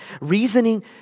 Reasoning